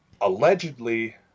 allegedly